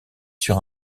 sur